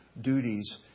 duties